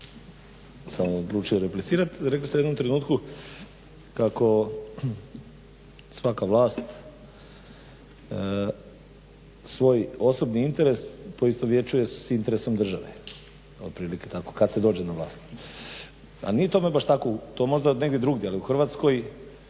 sam odlučio replicirati. Rekli ste u jednom trenutku kako svaka vlast svoj osobni interes poistovjećuje s interesom države, otprilike tako, kad se dođe na vlast. Pa nije tome baš tako, to možda negdje drugdje, ali u Hrvatskoj